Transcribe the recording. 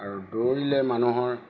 আৰু দৌৰিলে মানুহৰ